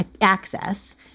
access